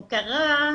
מוקרה,